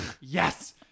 yes